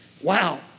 Wow